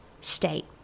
state